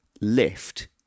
lift